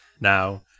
now